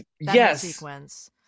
yes